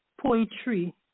poetry